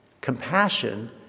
compassion